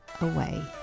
away